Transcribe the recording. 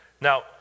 Now